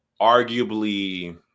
arguably